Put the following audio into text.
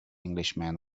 englishman